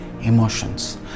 emotions